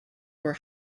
were